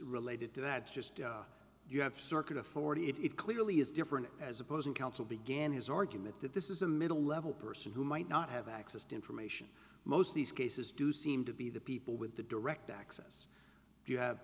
related to that just you have circle of forty it clearly is different as opposing counsel began his or commit that this is a middle level person who might not have access to information most of these cases do seem to be the people with the direct access you have